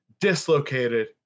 dislocated